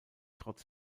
trotz